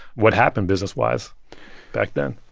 what happened business-wise back then?